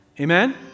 Amen